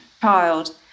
child